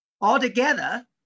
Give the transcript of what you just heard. Altogether